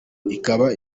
ikaba